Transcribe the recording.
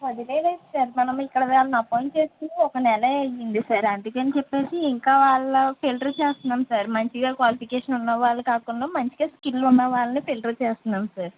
వదిలేయి లేదు సార్ మనము ఇక్కడ వాళ్ళని అపాయింట్ చేసి ఒక నెలే అయ్యింది సార్ అందుకని చెప్పేసి ఇంకా వాళ్ళ ఫిల్టర్ చేస్తనం సార్ మంచిగా క్వాలిఫికేషన్ ఉన్నవాళ్ళు కాకుండా మంచిగా స్కిల్ ఉన్నవాళ్ళని ఫిల్టర్ చేస్తున్నాం సార్